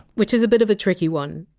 which is a bit of a tricky one,